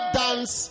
dance